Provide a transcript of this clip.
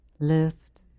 lift